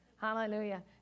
Hallelujah